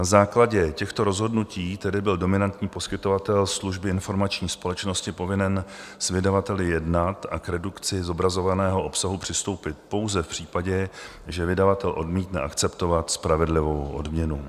Na základě těchto rozhodnutí tedy byl dominantní poskytovatel služby informační společnosti povinen s vydavateli jednat a k redukci zobrazovaného obsahu přistoupit pouze v případě, že vydavatel odmítne akceptovat spravedlivou odměnu.